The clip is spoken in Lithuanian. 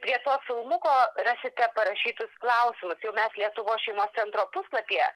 prie to filmuko rasite parašytus klausimus jau mes lietuvos šeimos centro puslapyje